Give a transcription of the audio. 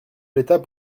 l’état